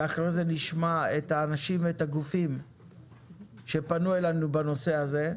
ואחרי זה נשמע את האנשים ואת הגופים שפנו אלינו בנושא הזה.